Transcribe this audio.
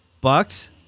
Bucks